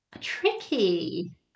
Tricky